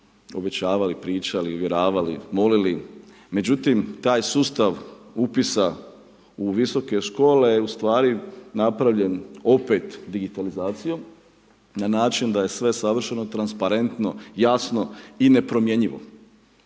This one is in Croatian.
obećavali, pričali, uvjeravali, molili. Međutim, taj sustav upisa u visoke škole je ustvari napravljen opet digitalizacijom, na način, da je sve savršeno, transparentno, jasno i nepromjenjivo.